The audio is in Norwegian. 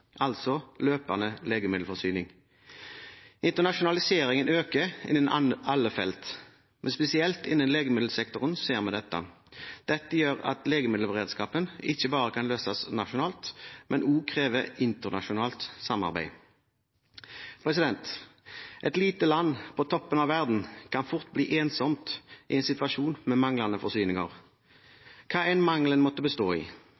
altså løpende legemiddelforsyning. Internasjonaliseringen øker innen alle felt, men spesielt innen legemiddelsektoren ser vi dette. Dette gjør at legemiddelberedskapen ikke kan løses nasjonalt, men krever internasjonalt samarbeid. Et lite land på toppen av verden kan fort bli ensomt i en situasjon med manglende forsyninger, hva enn mangelen måtte bestå i.